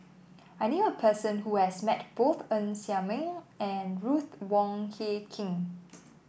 I knew a person who has met both Ng Ser Miang and Ruth Wong Hie King